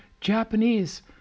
Japanese